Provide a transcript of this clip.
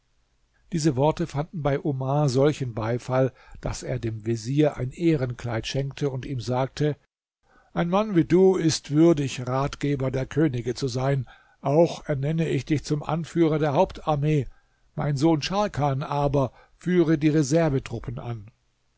diese worte fanden bei omar solchen beifall daß er dem vezier ein ehrenkleid schenkte und ihm sagte ein mann wie du ist würdig ratgeber der könige zu sein auch ernenne ich dich zum anführer der hauptarmee mein sohn scharkan aber führe die reservetruppen an